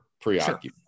preoccupied